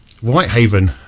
Whitehaven